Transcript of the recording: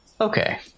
Okay